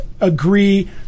agree